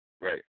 Right